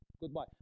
goodbye